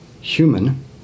human